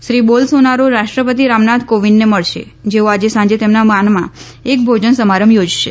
Shri Bolsonaro રાષ્ટ્રપતિ રામનાથ કોવિંદને મળશે જેઓ આજે સાંજે તેમના માનમાં એક ભોજન સમારંભ યોજશે